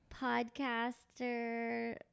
podcaster